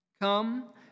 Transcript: Come